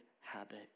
habit